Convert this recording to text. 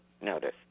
notice